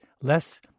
less